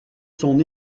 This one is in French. son